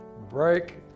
break